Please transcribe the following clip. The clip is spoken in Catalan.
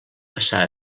passar